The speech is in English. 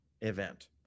event